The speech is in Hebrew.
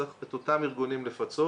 צריך את אותם ארגונים לפצות,